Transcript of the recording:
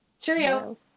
Cheerio